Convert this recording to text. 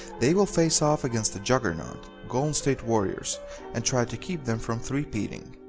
they will face off against the juggernaut golden state warriors and try to keep them from three-peating.